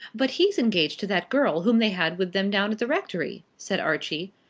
but he's engaged to that girl whom they had with them down at the rectory, said archie,